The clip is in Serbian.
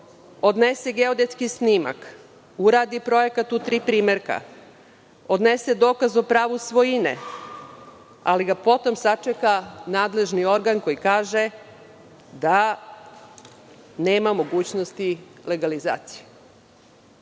odnese geodetski snimak, uradi projekat u tri primerka, odnese dokaz o pravu svojine, ali ga potom sačeka nadležni organ koji kaže da nema mogućnosti legalizacije?